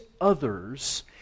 others